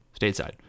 stateside